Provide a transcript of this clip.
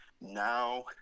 now